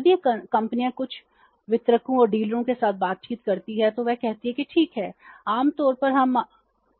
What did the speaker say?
जब ये कंपनियां कुछ वितरकों और डीलरों के साथ बातचीत करती हैं तो वे कहते हैं कि ठीक है कि आप आम तौर पर